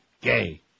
gay